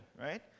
right